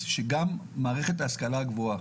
שהמערכת להשכלה גבוהה